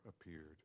appeared